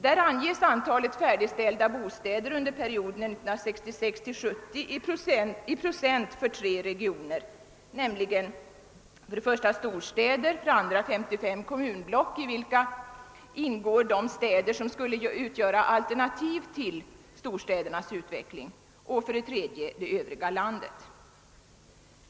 Där anges antalet färdigställda bostäder under perioden 1966—1970 i procent för tre regioner, nämligen för det första storstäder, för det andra 55 kommunblock, i vilka ingår de städer som skulle utgöra alternativ till storstädernas utveckling, och för det tredje övriga landet.